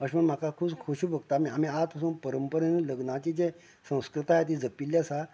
अशें म्हूण म्हाका खूब खोशी भोगता आमी आज पसून खूब परंपरेन लग्नाचे जे संस्कृताय जी जपिल्ली आसा